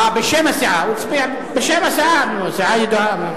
אה, בשם הסיעה, סיעה ידועה.